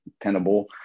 tenable